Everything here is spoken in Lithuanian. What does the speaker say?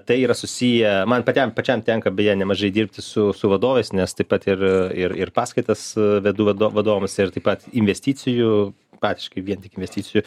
tai yra susiję man patiam pačiam tenka beje nemažai dirbti su su vadovais nes taip pat ir ir ir paskaitas vedu vado vadovams ir taip pat investicijų praktiškai vien tik investicijų